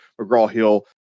McGraw-Hill